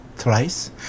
Twice